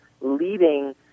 leading